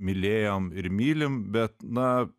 mylėjom ir mylim bet na